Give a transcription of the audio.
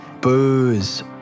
Booze